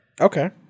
Okay